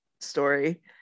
story